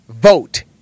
Vote